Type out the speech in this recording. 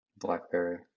BlackBerry